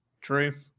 True